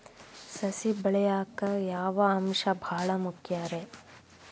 ಸಸಿ ಬೆಳೆಯಾಕ್ ಯಾವ ಅಂಶ ಭಾಳ ಮುಖ್ಯ ರೇ?